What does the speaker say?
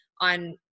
on